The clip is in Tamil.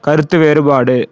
கருத்து வேறுபாடு